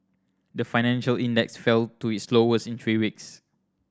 the financial index fell to its lowest in three weeks